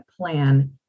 plan